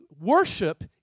worship